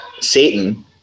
Satan